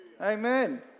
Amen